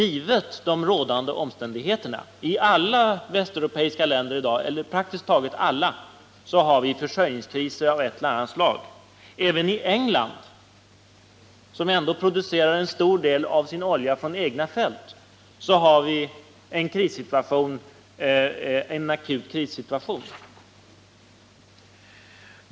I praktiskt taget alla västeuropeiska länder har man i dag energiförsörjningskriser av ett eller annat slag. Även i England, som ändå producerar en stor del av sin olja från egna fält, har man en akut krissituation.